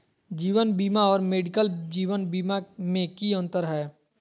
जीवन बीमा और मेडिकल जीवन बीमा में की अंतर है?